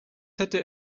hätte